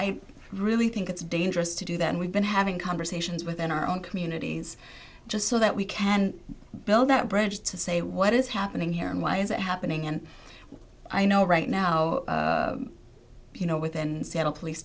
i really think it's dangerous to do that we've been having conversations within our own communities just so that we can build that bridge to say what is happening here and why is it happening and i know right now you know within seattle police